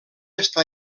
està